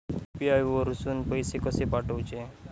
UPI वरसून पैसे कसे पाठवचे?